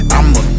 I'ma